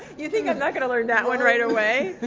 you think i'm not going to learn that one right away?